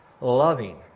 loving